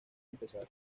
empezar